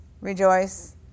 rejoice